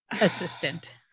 assistant